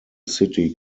city